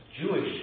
Jewish